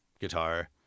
guitar